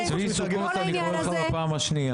צבי סוכות, אני קורא לך בפעם השנייה.